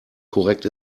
korrekt